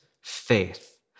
faith